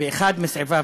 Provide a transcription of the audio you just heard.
באחד מסעיפיו,